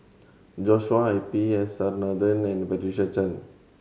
Joshua I P S R Nathan and Patricia Chan